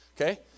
Okay